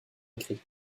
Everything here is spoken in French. écrit